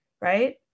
right